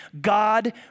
God